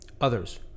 others